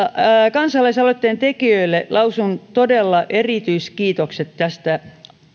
kansalaisaloitteen tekijöille lausun todella erityiskiitokset tästä